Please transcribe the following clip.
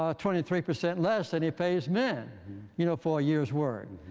ah twenty three percent less than he pays men you know for year's work?